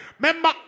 Remember